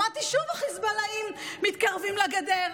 שמעתי שוב שהחיזבאללה מתקרבים לגדר.